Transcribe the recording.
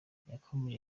yakomeje